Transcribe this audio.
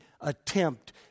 attempt